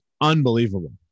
unbelievable